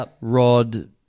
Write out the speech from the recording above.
rod